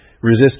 resist